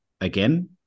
again